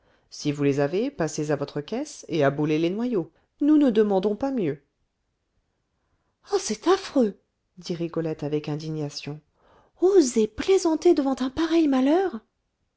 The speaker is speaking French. si vous les avez passez à votre caisse et aboulez les noyaux nous ne demandons pas mieux ah c'est affreux dit rigolette avec indignation oser plaisanter devant un pareil malheur